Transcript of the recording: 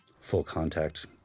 full-contact